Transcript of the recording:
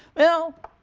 well,